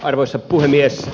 arvoisa puhemies